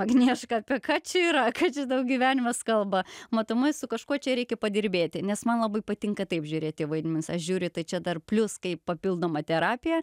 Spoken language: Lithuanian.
agnieška apie ką čia yra ką čia tavo gyvenimas kalba matomai su kažkuo čia reikia padirbėti nes man labai patinka taip žiūrėti į vaidmens aš žiūriu tai čia dar plius kaip papildoma terapija